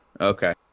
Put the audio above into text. Okay